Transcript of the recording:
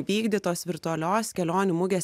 vykdytos virtualios kelionių mugės